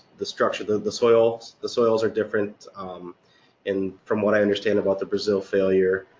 the structure, the the soils, the soils are different and from what i understand about the brazil failure,